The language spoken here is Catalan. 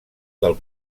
del